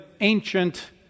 ancient